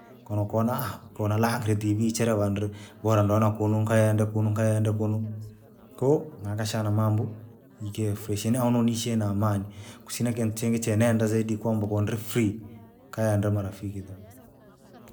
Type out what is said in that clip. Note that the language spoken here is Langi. Kono kona aaha kona lakile tv chila vandru, wala nganakununkaya yenda kuno. Koo nakashana mambo, ike freshi, naona unishe na amani, kusina kintu chingi che nenda zaidi kwaba kondri free, kaenda marafiki tuku.